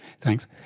Thanks